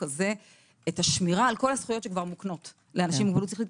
הזה את השמירה על כל הזכויות שכבר מוקנות לאנשים עם מוגבלות שכלית.